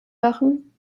machen